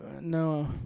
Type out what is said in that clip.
No